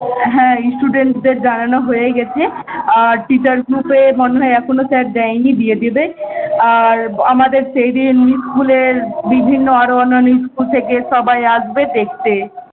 হ্যাঁ স্টুডেন্টসদের জানানো হয়ে গেছেই আর টিচার গ্রুপে মনে হয় এখনো স্যার দেয় নি দিয়ে দেবে আর আমাদের সেই দিন স্কুলের বিভিন্ন আরো অন্যান্য স্কুল থেকে সবাই আসবে দেখতে